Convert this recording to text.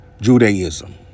Judaism